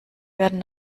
werden